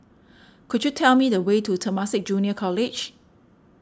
could you tell me the way to Temasek Junior College